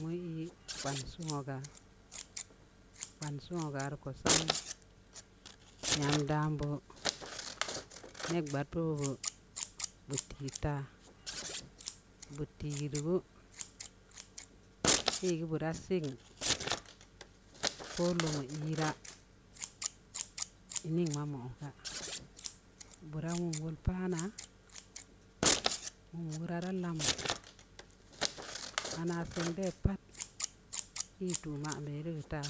mu ii gbansi wogaa gbansi wogaa rii ko sang, nyamm damn beud, neb gbad beu bu tii taa, bu tii geu, ii geu bu raa sikn lumu iiraa, in ningma mau gaa, bu raa nwum wol paa naa, nwum wolaa da lam, ana seng de pat, dii tuu maan be deu geu taa,